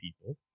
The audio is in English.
people